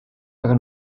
aga